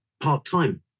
part-time